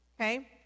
okay